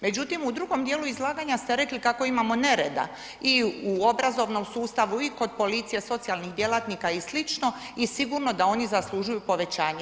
Međutim, u drugom dijelu izlaganja ste rekli kako imamo nereda i u obrazovnom sustavu i kod policije, socijalnih djelatnika i slično i sigurno da oni zaslužuju povećanje.